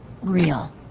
real